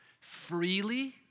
Freely